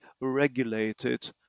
regulated